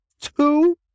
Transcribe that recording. Two